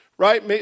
Right